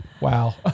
wow